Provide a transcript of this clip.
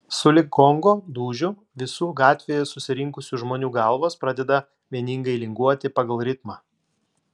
sulig gongo dūžiu visų gatvėje susirinkusių žmonių galvos pradeda vieningai linguoti pagal ritmą